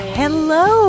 hello